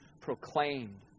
proclaimed